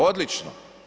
Odlično.